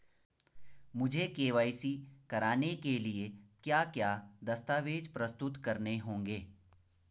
मुझे के.वाई.सी कराने के लिए क्या क्या दस्तावेज़ प्रस्तुत करने होंगे?